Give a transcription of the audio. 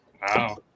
Wow